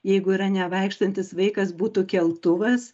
jeigu yra nevaikštantis vaikas būtų keltuvas